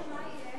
מה יהיה?